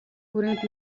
хүрээнд